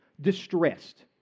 distressed